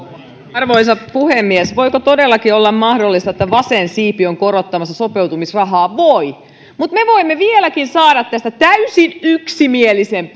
arvoisa puhemies voiko todellakin olla mahdollista että vasen siipi on korottamassa sopeutumisrahaa voi mutta me voimme vieläkin saada tästä täysin yksimielisen